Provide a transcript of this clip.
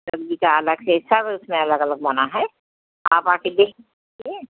सब्ज़ी का अलग से सब उसमें अलग अलग बना है आप आकर देखिए